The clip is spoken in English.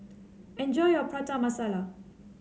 enjoy your Prata Masala